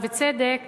ובצדק.